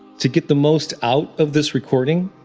to get the most out of this recording,